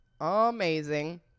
Amazing